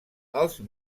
els